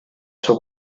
suo